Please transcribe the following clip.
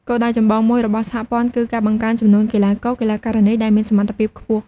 គោលដៅចម្បងមួយរបស់សហព័ន្ធគឺការបង្កើនចំនួនកីឡាករ-កីឡាការិនីដែលមានសមត្ថភាពខ្ពស់។